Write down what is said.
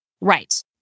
Right